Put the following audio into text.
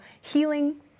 healing